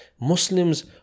Muslims